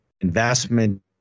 investment